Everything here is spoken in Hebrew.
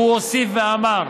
והוא הוסיף ואמר